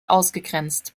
ausgegrenzt